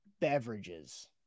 beverages